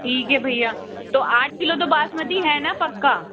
ठीक है भैया तो आठ किलो तो बासमती है ना पक्का